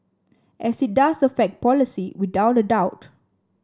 and it does affect policy without a doubt